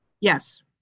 Yes